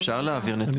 אפשר להעביר נתונים.